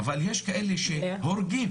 אבל יש כאלה שהורגים.